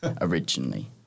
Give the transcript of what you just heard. originally